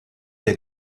der